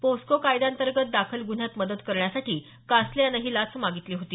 POCSO कायद्यांतर्गत दाखल गुन्ह्यात मदत करण्यासाठी कासले यान ही लाच मागितली होती